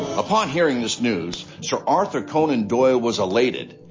upon hearing this news, sir arthur conan doyle was elated.